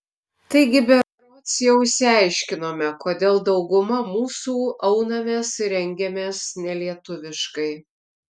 taigi berods jau išsiaiškinome kodėl dauguma mūsų aunamės ir rengiamės nelietuviškai